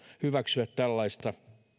hyväksyä tällaista